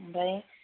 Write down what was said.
ओमफ्राय